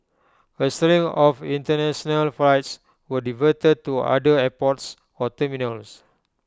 A string of International flights were diverted to other airports or terminals